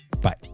Bye